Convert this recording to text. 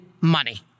money